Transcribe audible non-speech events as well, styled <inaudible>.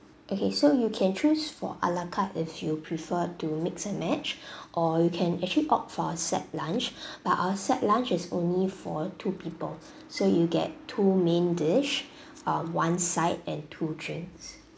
okay so you can choose for a la carte if you prefer to mix and match <breath> or you can actually opt for a set lunch <breath> but our set lunch is only for two people so you get two main dish <breath> um one side and two drinks